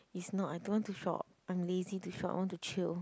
it's not I don't want to shop I'm lazy to shop I want to chill